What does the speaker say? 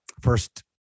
first